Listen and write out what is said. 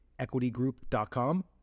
EquityGroup.com